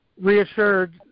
reassured